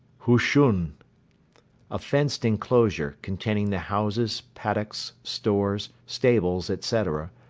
hushun a fenced enclosure, containing the houses, paddocks, stores, stables, etc,